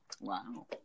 Wow